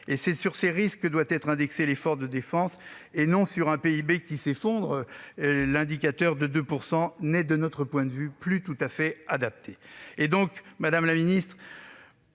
C'est sur ces risques que doit être indexé l'effort de défense, et non sur un PIB qui s'effondre. L'indicateur de 2 % n'est de notre point de vue plus tout à fait adapté. Nous comptons